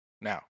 Now